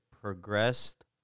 progressed